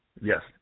Yes